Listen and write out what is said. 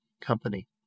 Company